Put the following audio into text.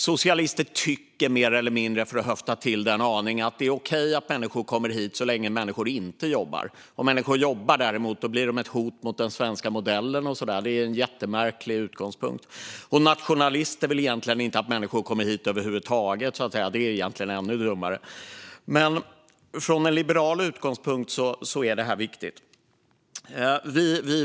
Socialister tycker mer eller mindre, för att höfta till det en aning, att det är okej att människor kommer hit så länge de inte jobbar. Om människor däremot jobbar blir de ett hot mot den svenska modellen. Det är en jättemärklig utgångspunkt. Och nationalister vill egentligen inte att människor kommer hit över huvud taget. Det är egentligen ännu dummare. Från liberal utgångspunkt är detta viktigt.